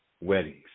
weddings